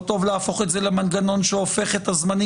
לא טוב להפוך את זה למנגנון שהופך את הזמני